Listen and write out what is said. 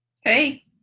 Hey